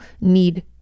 need